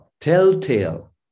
Telltale